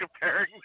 comparing